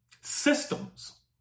systems